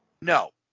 No